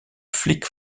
flic